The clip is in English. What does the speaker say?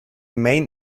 main